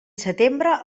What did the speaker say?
setembre